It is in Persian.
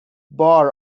بار